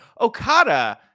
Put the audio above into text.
Okada